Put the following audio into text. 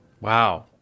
Wow